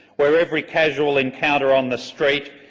where every casual encounter on the street,